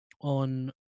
on